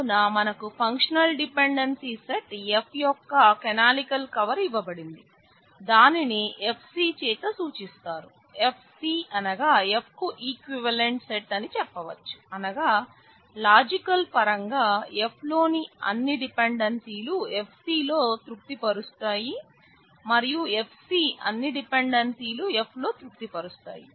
కావున మనకు functional dependency అని చెప్పవచ్చు అనగా లాజికల్ పరంగా F లోని అన్ని డిపెండెన్సీలు Fc లో తృప్తి పరుస్తాయి మరియు Fc అన్ని డిపెండెన్సీలు F లో తృప్తి పరుస్తాయి